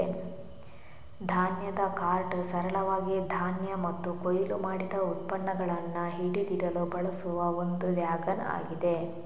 ಧಾನ್ಯದ ಕಾರ್ಟ್ ಸರಳವಾಗಿ ಧಾನ್ಯ ಮತ್ತು ಕೊಯ್ಲು ಮಾಡಿದ ಉತ್ಪನ್ನಗಳನ್ನ ಹಿಡಿದಿಡಲು ಬಳಸುವ ಒಂದು ವ್ಯಾಗನ್ ಆಗಿದೆ